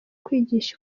kwigisha